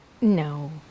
No